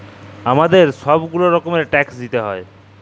আমাদের ছব গুলা রকমের ট্যাক্স দিইতে হ্যয়